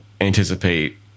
anticipate